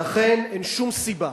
לכן אין שום סיבה